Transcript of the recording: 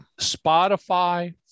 Spotify